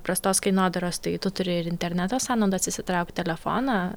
prastos kainodaros tai tu turi ir interneto sąnaudas įsitraukt telefoną